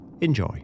Enjoy